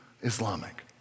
Islamic